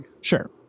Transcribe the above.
Sure